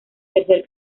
tercer